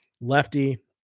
Lefty